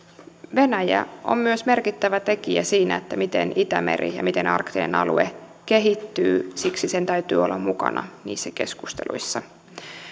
venäjä on myös merkittävä tekijä siinä miten itämeri ja miten arktinen alue kehittyy siksi sen täytyy olla mukana niissä keskusteluissa